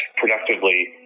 productively